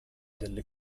delle